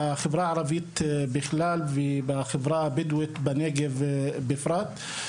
בחברה הערבית בכלל ובחברה הבדואית בנגב בפרט.